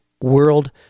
world